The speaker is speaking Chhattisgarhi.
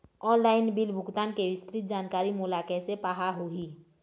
ऑनलाइन बिल भुगतान के विस्तृत जानकारी मोला कैसे पाहां होही?